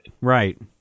Right